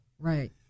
Right